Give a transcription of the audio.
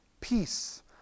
peace